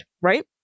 Right